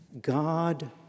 God